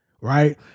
right